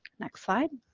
next slide.